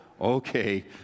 Okay